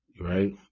right